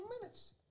minutes